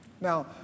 Now